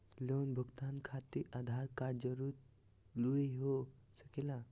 Loan भुगतान खातिर Aadhaar card जरूरी हो सके ला?